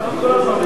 ההצעה להעביר